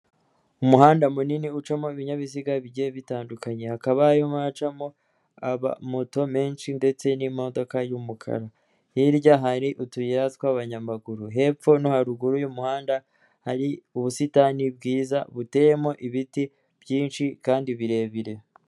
Umuhanda munini ucamo ibinyabiziga bigiye bitandukanye hakaba harimo haracamo amamoto menshi ndetse n'imodoka y'umukara, hirya hari utuyira tw'abanyamaguru, hepfo no haruguru y'umuhanda hari ubusitani bwiza buteyemo ibiti byinshi kandi birebire.